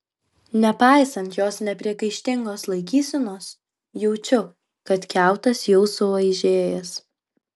nepaisant jos nepriekaištingos laikysenos jaučiu kad kiautas jau suaižėjęs